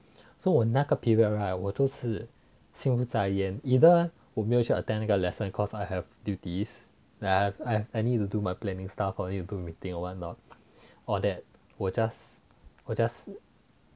so 我那个 period right 我都是心不在焉 either 我没有去 attend 那个 lesson cause I have duties I I need to do my planning stuff meeting or [what] not or that 我 just